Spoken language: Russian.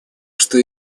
что